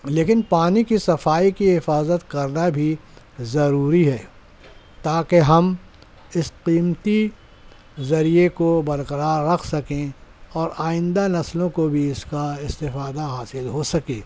لیكن پانی کی صفائی کی حفاظت كرنا بھی ضروری ہے تاكہ ہم اِس قیمتی ذریعے كو برقرار ركھ سکیں اور آئندہ نسلوں كو بھی اِس كا استفادہ حاصل ہو سكے